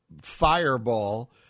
fireball